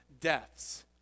deaths